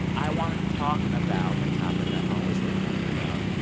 i wanted to talk about a topic i always love talking about,